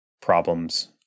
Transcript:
problems